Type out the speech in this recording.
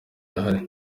ahari